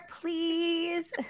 please